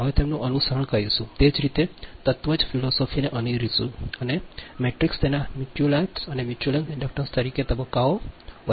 હવે અમે તેનું અનુસરણ કરીશું તે જ તત્વજ્ ફીલૌસૌફી ને અનુસરીશું મેટ્રિક્સ તેના મ્યુટ્યુઆલસ મ્યુચ્યુઅલ ઇન્ડક્ટન્સ તરીકે તબક્કાઓ વચ્ચે છે